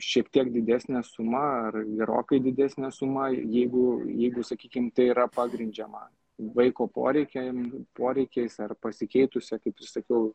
šiek tiek didesnę sumą ar gerokai didesnę sumą jeigu jeigu sakykim tai yra pagrindžiama vaiko poreikiam poreikiais ar pasikeitusia kaip ir sakiau